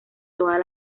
todas